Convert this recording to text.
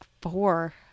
Four